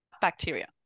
bacteria